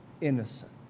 innocent